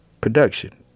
production